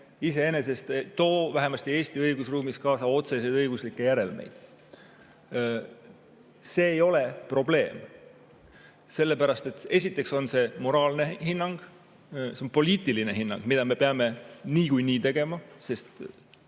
iseenesest ei too vähemasti Eesti õigusruumis kaasa otseseid õiguslikke järelmeid. See ei ole probleem. Sellepärast et esiteks on see moraalne hinnang. See on poliitiline hinnang, mida me peame niikuinii tegema.